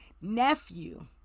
nephew